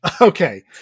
Okay